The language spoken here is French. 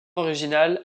originale